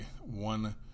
one